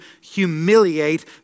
humiliate